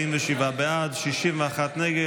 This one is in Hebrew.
61 נגד.